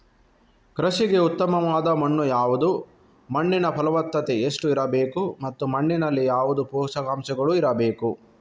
ಕೃಷಿಗೆ ಉತ್ತಮವಾದ ಮಣ್ಣು ಯಾವುದು, ಮಣ್ಣಿನ ಫಲವತ್ತತೆ ಎಷ್ಟು ಇರಬೇಕು ಮತ್ತು ಮಣ್ಣಿನಲ್ಲಿ ಯಾವುದು ಪೋಷಕಾಂಶಗಳು ಇರಬೇಕು?